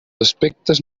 aspectes